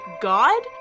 God